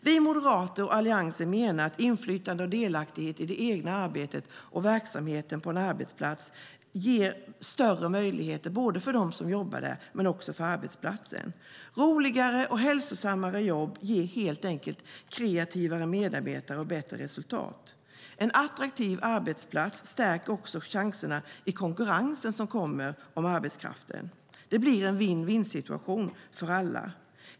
Vi moderater och Alliansen menar att inflytande och delaktighet i det egna arbetet och verksamheten på en arbetsplats ger större möjligheter för dem som jobbar där men också för arbetsplatsen. Roligare och hälsosammare jobb ger helt enkelt kreativare medarbetare och bättre resultat. En attraktiv arbetsplats stärker också chanserna i konkurrensen, som kommer, om arbetskraften. Det blir en vinna-vinna-situation för alla.